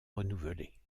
renouvelée